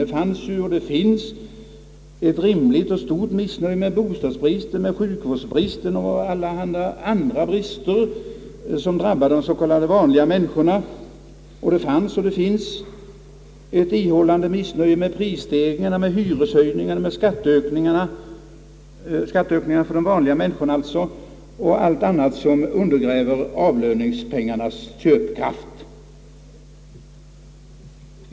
Det fanns och det finns ett rimligt och stort missnöje med bostadsbristen och sjukvårdsbristen och alla andra brister som drabbar de s.k. vanliga människorna, och det fanns och finns ett ihållande missnöje med prisstegringarna, hyreshöjningarna, skatteökningarna — för de vanliga människorna alltså — och allt annat som undergräver avlöningspengarnas köpkraft.